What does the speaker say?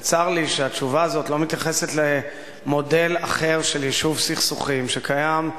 וצר לי שהתשובה הזאת לא מתייחסת למודל אחר של יישוב סכסוכים שקיים במשק,